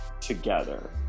together